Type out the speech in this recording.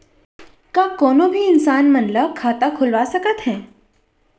का कोनो भी इंसान मन ला खाता खुलवा सकथे?